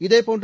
இதேபோன்று